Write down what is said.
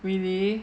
really